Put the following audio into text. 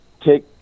take